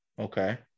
Okay